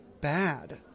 bad